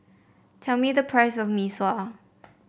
tell me the price of Mee Sua